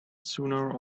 sooner